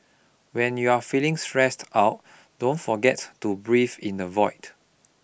when you are feeling stressed out don't forget to breathe in the void